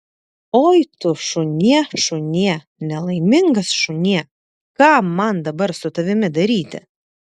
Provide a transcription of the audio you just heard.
oi tu šunie šunie nelaimingas šunie ką man dabar su tavimi daryti